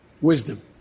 wisdom